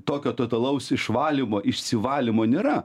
tokio totalaus išvalymo išsivalymo nėra